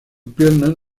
piernas